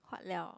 huat liao